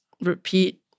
repeat